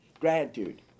Gratitude